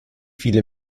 viele